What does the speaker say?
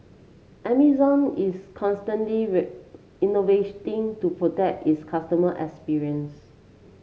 Amazon is constantly to protect is customer experience